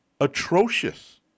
atrocious